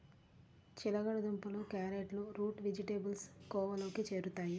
చిలకడ దుంపలు, క్యారెట్లు రూట్ వెజిటేబుల్స్ కోవలోకి చేరుతాయి